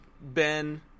Ben